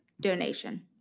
donation